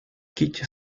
кити